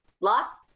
Lock